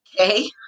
Okay